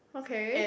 okay